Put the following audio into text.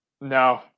no